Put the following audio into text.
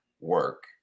work